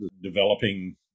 developing